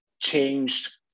changed